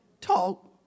talk